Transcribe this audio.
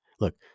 look